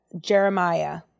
Jeremiah